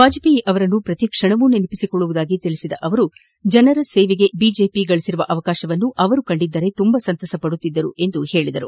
ವಾಜಪೇಯಿ ಅವರನ್ನು ಪ್ರತಿಕ್ಷಣವೂ ನೆನಪಿಸಿಕೊಳ್ಳುವುದಾಗಿ ತಿಳಿಸಿದ ಅವರು ಜನರ ಸೇವೆಗೆ ಬಿಜೆಪಿ ಇಂದು ಗಳಿಸಿರುವ ಅವಕಾಶವನ್ನು ಅವರು ಕಂಡಿದ್ದರೆ ತುಂಬಾ ಸಂತಸ ಪಡುತ್ತಿದ್ದರು ಎಂದು ಹೇಳಿದರು